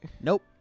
Nope